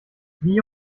wie